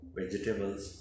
vegetables